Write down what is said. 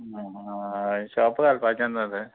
shop घालपाचे नू रे